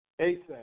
ASAP